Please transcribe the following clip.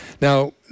Now